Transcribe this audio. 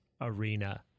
Arena